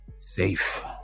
safe